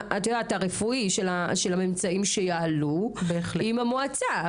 ניתוח רפואי של הממצאים שיעלו עם המועצה.